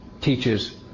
teaches